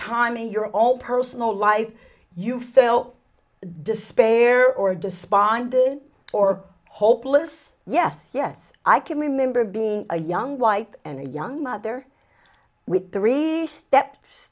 time in your own personal life you felt despair or despondent or hopeless yes yes i can remember being a young wife and a young mother with three step